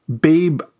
babe